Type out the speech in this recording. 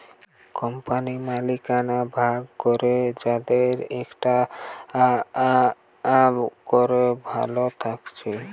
কোম্পানির মালিকানা ভাগ করে যাদের একটা করে ভাগ থাকছে